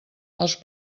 els